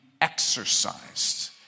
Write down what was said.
exercised